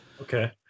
Okay